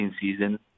season